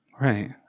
Right